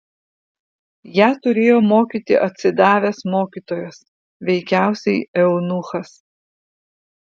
ją turėjo mokyti atsidavęs mokytojas veikiausiai eunuchas